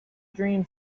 dream